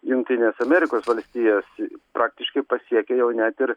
jungtines amerikos valstijos praktiškai pasiekė jau net ir